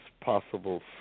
possible